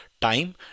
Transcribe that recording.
time